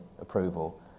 approval